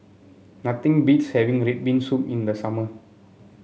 nothing beats having red bean soup in the summer